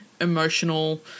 emotional